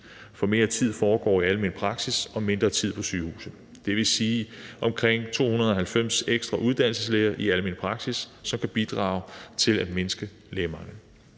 For mere tid foregår i almen praksis og mindre tid på sygehuset, og det vil sige omkring 290 ekstra uddannelseslæger i almen praksis, som kan bidrage til at mindske lægemanglen.